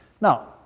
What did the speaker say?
now